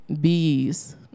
bees